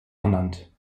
ernannt